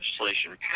legislation